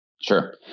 Sure